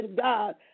god